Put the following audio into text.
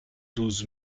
douze